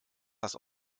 das